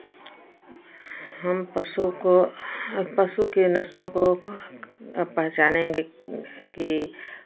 हम पशु को पशु के नस्लों को अब पहचानेंगे कि